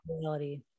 reality